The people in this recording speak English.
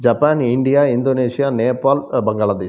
Japan India Indonesia Nepal Bangladesh